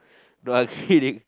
don't want kidding